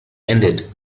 ended